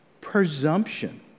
presumption